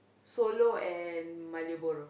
solo and maliboro